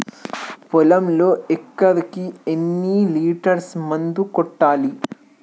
పొలంలో ఎకరాకి ఎన్ని లీటర్స్ మందు కొట్టాలి?